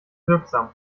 wirksam